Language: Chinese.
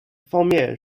方面